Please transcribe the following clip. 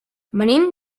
venim